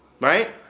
right